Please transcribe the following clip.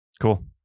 cool